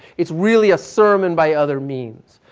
it's really a sermon by other means.